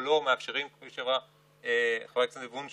שקל לשנה בהשוואה לשנה שעברה ועבר רף של 12 מיליארד